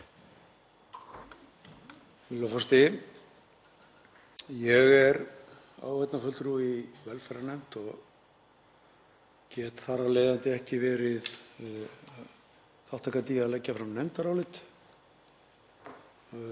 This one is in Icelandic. forseti. Ég er áheyrnarfulltrúi í velferðarnefnd og get þar af leiðandi ekki verið þátttakandi í því að leggja fram nefndarálit